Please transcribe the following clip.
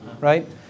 Right